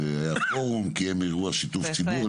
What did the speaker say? היה פורום, הוא קיים אירוע שיתוף ציבור.